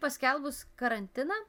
paskelbus karantiną